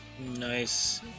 Nice